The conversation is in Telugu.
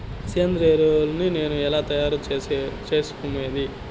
సేంద్రియ ఎరువులని నేను ఎలా తయారు చేసుకునేది?